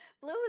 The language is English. Blue